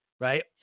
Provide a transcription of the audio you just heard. right